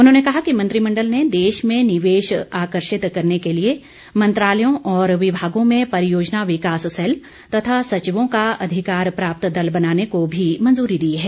उन्होंने कहा कि मंत्रिमंडल ने देश में निवेश आकर्षित करने के लिए मंत्रालयों और विभागों में परियोजना विकास सेल तथा सचिवों का अधिकार प्राप्त दल बनाने को भी मंजूरी दी है